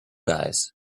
guys